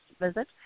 visit